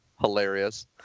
hilarious